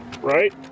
right